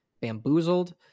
Bamboozled